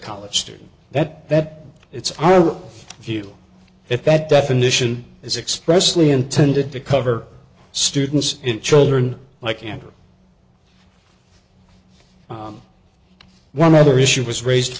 college student that that it's our view if that definition is expressly intended to cover students it children like and one other issue was raised